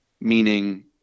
meaning